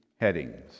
headings